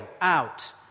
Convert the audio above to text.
out